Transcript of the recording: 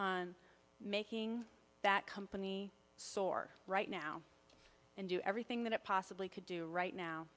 on making that company soar right now and do everything that it possibly could do right now